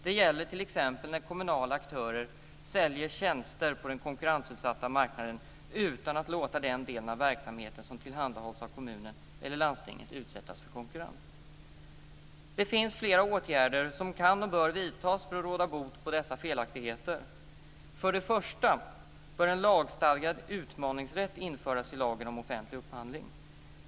Det gäller t.ex. när kommunala aktörer säljer tjänster på den konkurrensutsatta marknaden utan att låta den del av verksamheten som tillhandahålls av kommunen eller landstinget utsättas för konkurrens. Det finns flera åtgärder som kan och bör vidtas för att råda bot på dessa felaktigheter. För det första bör en lagstadgad utmaningsrätt införas i lagen om offentlig upphandling.